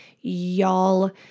y'all